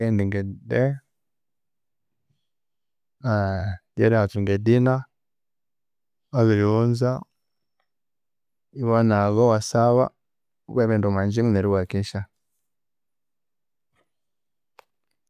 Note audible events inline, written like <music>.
Endinga e day <hesitation> ryeri havinga e dinner wabiriwunza iwanaba iwasaba wukabya wabighenda omwangyingu neryu iwakesya